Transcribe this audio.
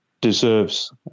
deserves